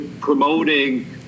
promoting